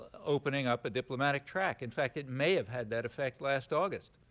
opening up a diplomatic track. in fact, it may have had that effect last august.